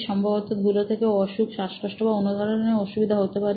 সম্ভবত ধুলা থেকে অসুখ শ্বাসকষ্ট বা অন্য ধরনের অসুবিধা হতে পারে